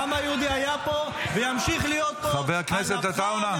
העם היהודי היה פה וימשיך להיות פה ----- חבר הכנסת עטאונה.